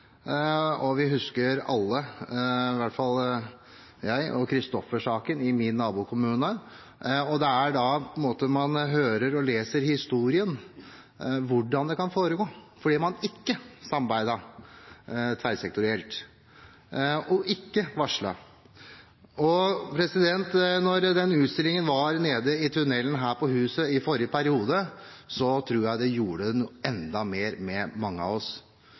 Vi husker alle Christoffer-saken – i hvert fall jeg – fra min nabokommune. Da hørte og leste man en historie om hvordan det kan gå fordi man ikke samarbeidet tverrsektorielt og ikke varslet. Da vi i forrige periode hadde en utstilling i tunnelen her på huset, tror jeg det gjorde noe med mange av oss.